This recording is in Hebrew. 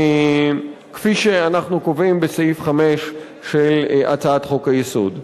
כפי שאנחנו קובעים בסעיף 5 של הצעת חוק-היסוד.